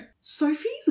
Sophie's